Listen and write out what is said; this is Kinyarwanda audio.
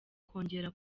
kongera